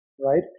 right